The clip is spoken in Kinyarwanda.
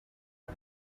com